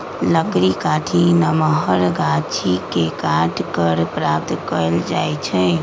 लकड़ी काठी नमहर गाछि के काट कऽ प्राप्त कएल जाइ छइ